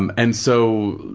um and so,